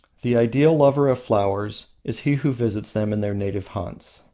the ideal lover of flowers is he who visits them in their native haunts,